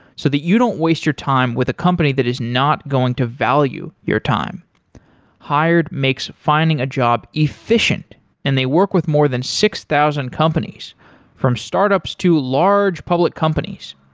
so that you don't waste your time with a company that is not going to value your time hired makes finding a job efficient and they work with more than six thousand companies from startups to large public companies.